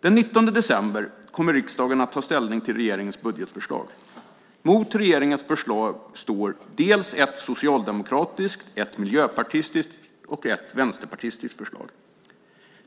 Den 19 december kommer riksdagen att ta ställning till regeringens budgetförslag. Mot regeringens förslag står ett socialdemokratiskt, ett miljöpartistiskt och ett vänsterpartistiskt förslag.